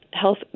health